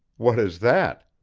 what is that?